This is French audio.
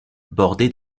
bordé